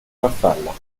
farfalla